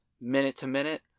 minute-to-minute